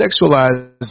sexualized